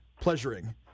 pleasuring